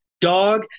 dog